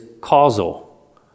causal